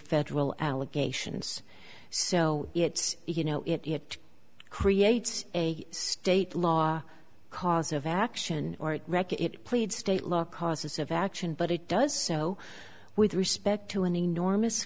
federal allegations so it's you know it creates a state law cause of action or at reckitt plead state law causes of action but it does so with respect to an enormous